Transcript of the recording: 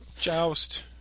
Joust